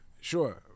sure